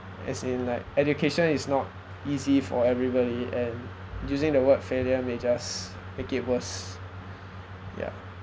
as in like education is not easy for everybody and using the word failure may just make it worse yeah